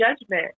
judgment